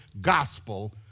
gospel